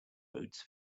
boots